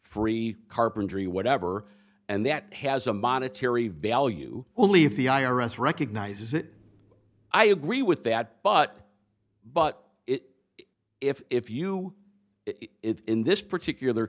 free carpentry whatever and that has a monetary value only if the i r s recognizes it i agree with that but but it if if you if in this particular